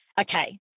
Okay